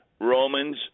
Romans